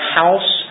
house